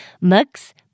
mugs